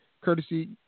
courtesy